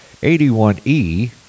81E